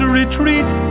retreat